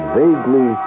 vaguely